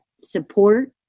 support